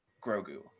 grogu